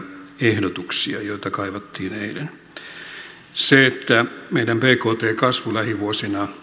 ehdotuksia joita kaivattiin eilen se että meidän bkt kasvumme lähivuosina